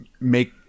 make